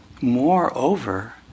Moreover